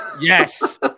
Yes